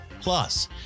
Plus